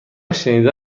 شنیده